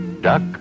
Duck